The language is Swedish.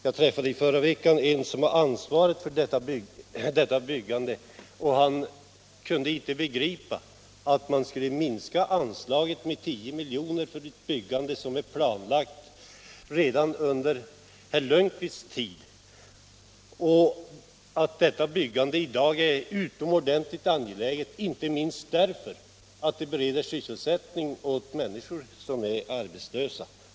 Jag träffade i förra veckan en person som har ansvaret för detta byggande, och han kunde inte begripa att man med 10 milj.kr. ville minska anslaget till ett byggande, som planlades redan under herr Lundkvists tid som jordbruksminister. Detta byggande är i dag utomordentligt angeläget, inte minst därför att det bereder sysselsättning åt människor som är arbetslösa.